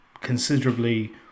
considerably